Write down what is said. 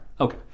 Okay